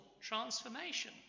transformation